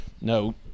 no